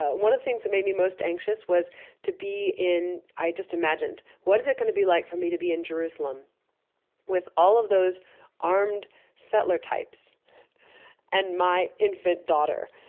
ah one of the things that made me most anxious was to be in i just imagined, what is it going to be like for me to be in jerusalem with all of those armed settler types and my infant daughter?